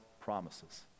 promises